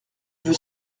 veut